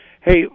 hey